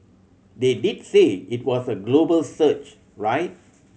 they did say it was a global search right